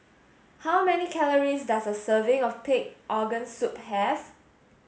how many calories does a serving of pig organ soup have